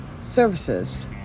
services